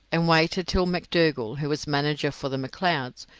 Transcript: and waited till mcdougall, who was manager for the mcleods,